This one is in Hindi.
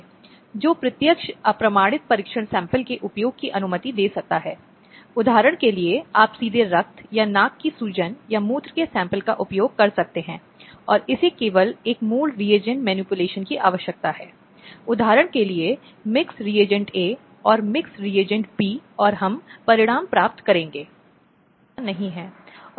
इसलिए वह संरक्षण आदेश की हकदार है वह अधिनियम की धारा 20 के तहत मौद्रिक राहत की हकदार है